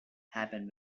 happens